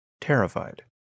terrified